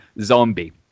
Zombie